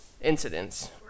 incidents